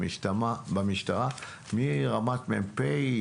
במשטרה מרמת מ"פ,